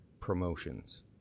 Promotions